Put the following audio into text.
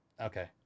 Okay